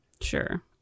sure